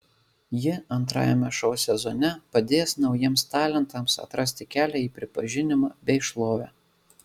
ji antrajame šou sezone padės naujiems talentams atrasti kelią į pripažinimą bei šlovę